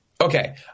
Okay